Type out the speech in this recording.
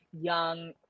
young